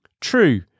true